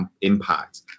impact